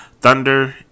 Thunder